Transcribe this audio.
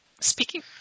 speaking